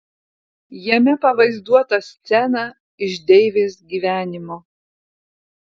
jame pavaizduota scena iš deivės gyvenimo